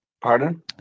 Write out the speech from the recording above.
Pardon